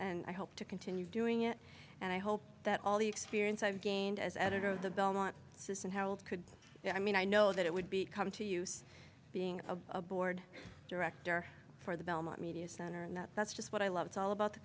and i hope to continue doing it and i hope that all the experience i've gained as editor of the belmont says and how it could be i mean i know that it would be come to use being a board director for the belmont media center and that's just what i love it's all about the